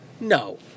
No